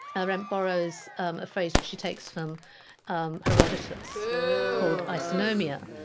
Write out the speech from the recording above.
arendt borrows a phrase that she takes from um herodotus called isonomia,